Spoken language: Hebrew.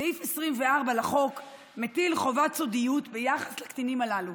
סעיף 24 לחוק מטיל חובת סודיות ביחס לקטינים הללו,